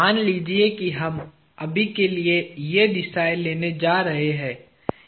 मान लीजिए कि हम अभी के लिए ये दिशाए लेने जा रहे हैं